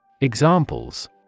Examples